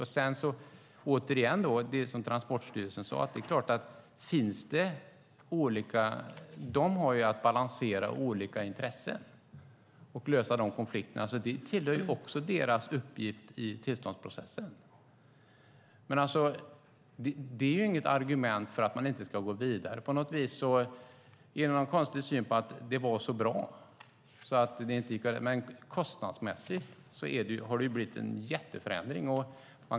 Återigen vill jag hänvisa till det som Transportstyrelsen sade. De har ju att balansera olika intressen och lösa eventuella konflikter. Det tillhör också deras uppgift i tillståndsprocessen, men det är inget argument för att inte gå vidare. På något sätt har man den konstiga synen att det var så bra, men kostnadsmässigt har det ju blivit en jätteförändring.